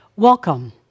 Welcome